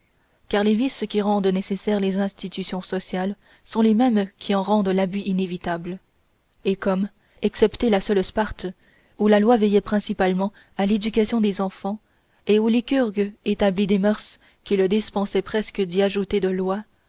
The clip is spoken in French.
car les vices qui rendent nécessaires les institutions sociales sont les mêmes qui en rendent l'abus inévitable et comme excepté la seule sparte où la loi veillait principalement à l'éducation des enfants et où lycurgue établit des mœurs qui le dispensaient presque d'y ajouter des lois